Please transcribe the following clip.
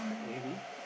maybe